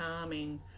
calming